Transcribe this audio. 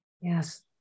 Yes